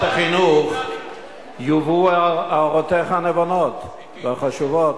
החינוך יובאו הערותיך הנבונות והחשובות.